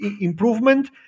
improvement